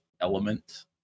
element